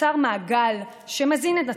נוצר מעגל שמזין את עצמו,